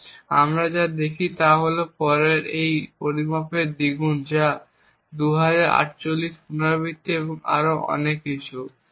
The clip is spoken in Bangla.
এবং আমরা যা দেখি তা হল যে পরেরটি সেই পরিমাণের দ্বিগুণ যা প্রায় 2048 পুনরাবৃত্তি এবং আরও অনেক কিছু